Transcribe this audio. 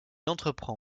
entreprend